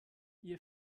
ihr